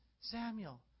Samuel